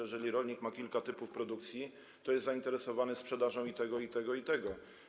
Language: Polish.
Jeżeli rolnik ma kilka typów produkcji, to jest zainteresowany sprzedażą i tego, i tego, i tego.